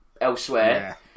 elsewhere